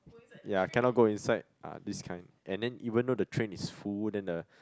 ya cannot go inside ah this kind and then even though the train is full then the